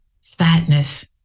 sadness